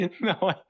No